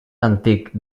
antic